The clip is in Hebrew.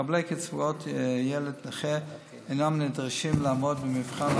מקבלי קצבאות ילד נכה אינם נדרשים לעמוד במבחן